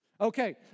Okay